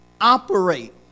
operate